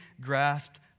grasped